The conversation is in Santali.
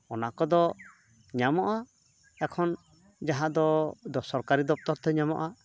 ᱚᱱᱟ ᱠᱚᱫᱚ ᱧᱟᱢᱚᱜᱼᱟ ᱮᱠᱷᱚᱱ ᱡᱟᱦᱟᱸ ᱫᱚ ᱥᱚᱨᱠᱟᱨᱤ ᱫᱚᱯᱛᱚᱨ ᱛᱮ ᱧᱟᱢᱚᱜᱼᱟ